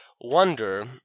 wonder